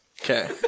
Okay